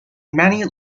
many